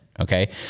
Okay